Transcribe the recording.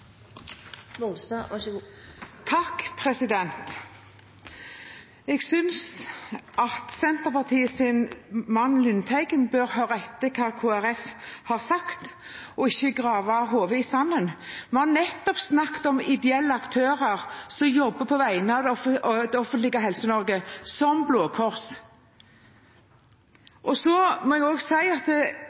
Jeg synes at Senterpartiets mann Lundteigen bør høre etter hva Kristelig Folkeparti har sagt, og ikke stikke hodet i sanden. Vi har nettopp snakket om ideelle aktører som jobber på vegne av det offentlige Helse-Norge, som Blå Kors. Jeg må også si at